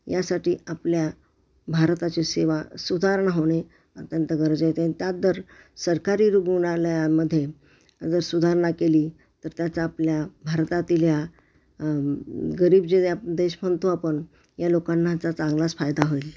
यासाठी आपल्या भारताची सेवा सुधारणा होणे अत्यंत गरजेचे आहे आणि त्यात दर सरकारी रुग्णालयांमध्ये जर सुधारणा केली तर त्याचा आपल्या भारतातील या गरीब जे देश म्हणतो आपण या लोकांना याचा चांगलाच फायदा होईल